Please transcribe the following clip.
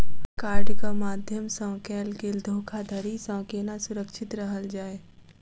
कार्डक माध्यम सँ कैल गेल धोखाधड़ी सँ केना सुरक्षित रहल जाए?